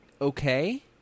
Okay